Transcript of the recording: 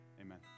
amen